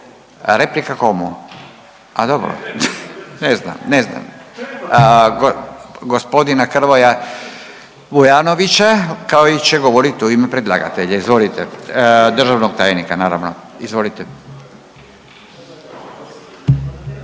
ne razumije./… ne znam, ne znam. Gospodina Hrvoja Bujanovića koji će govorit u ime predlagatelja, izvolite, državnog tajnika naravno. Izvolite.